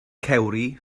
cewri